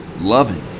loving